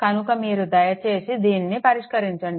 కనుక మీరు దయచేసి దీనిని పరిష్కరించండి